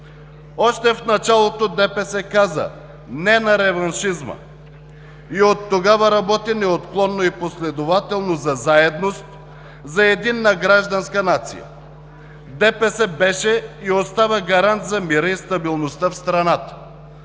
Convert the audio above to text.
Още в началото ДПС каза: „Не на реваншизма!“, и оттогава работи неотклонно и последователно за заедност, за единна гражданска нация. ДПС беше и остава гарант за мира и стабилността в страната.